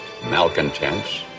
malcontents